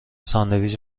ساندویچ